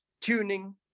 tuning